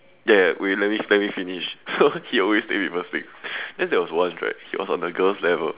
ya ya wait let me let me finish so he always take people's things then there was once right he was on the girls' level